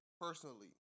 personally